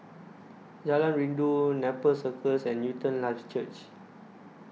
Jalan Rindu Nepal Circus and Newton Life Church